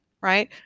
right